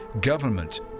government